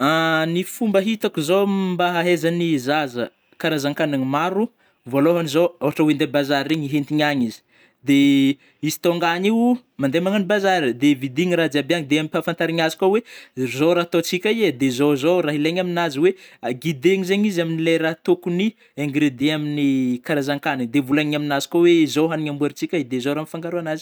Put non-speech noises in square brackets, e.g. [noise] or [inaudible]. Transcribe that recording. [hesitation] Ny fomba itako zao m [hesitation] ba ahaizany zaza karazankanigny maro, vôlôhany zao ôhatra oe andeh bazary regny hentigny agny izy, de [hesitation] izy tônga any io mande magnano bazary, de vidigny rah jiaby agny de ampafantarigny azy koa oe zao ra ataotsika i ee, de zao-zao ra ilaigny aminazy oe gidegna zegny izy amile raha tokony [hesitation] ingredients amin'ny karazankanigny, de volagniny aminazy kôa oe zao hanigny amboarintsika ee, de zao ra mifangaro agnazy.